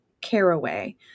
caraway